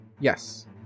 yes